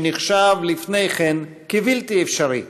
שנחשב לפני כן בלתי אפשרי: